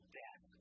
death